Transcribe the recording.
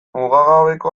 mugagabeko